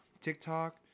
TikTok